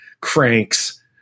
cranks